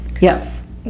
Yes